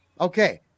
Okay